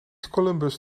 columbus